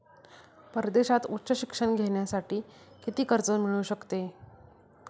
परदेशात उच्च शिक्षण घेण्यासाठी किती कर्ज मिळू शकते?